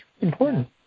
important